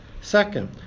Second